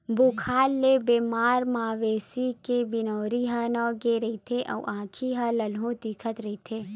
बुखार ले बेमार मवेशी के बिनउरी ह नव गे रहिथे अउ आँखी ह ललहूँ दिखत रहिथे